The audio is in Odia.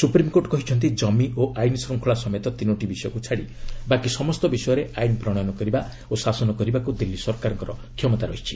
ସୁପ୍ରିମକୋର୍ଟ କହିଛନ୍ତି ଜମି ଓ ଆଇନ୍ଶୃଙ୍ଖଳା ସମେତ ତିନୋଟି ବିଷୟକୁ ଛାଡ଼ି ବାକି ସମସ୍ତ ବିଷୟରେ ଆଇନ ପ୍ରଣୟନ କରିବା ଓ ଶାସନ କରିବାକୁ ଦିଲ୍ଲୀ ସରକାରଙ୍କର କ୍ଷମତା ରହିଛି